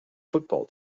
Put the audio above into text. football